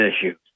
issues